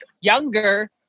younger